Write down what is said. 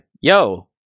yo